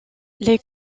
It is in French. les